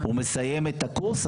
הוא מסיים את הקורס,